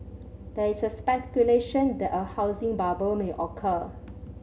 there is a speculation that a housing bubble may occur